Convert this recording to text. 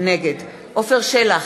נגד עפר שלח,